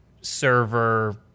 server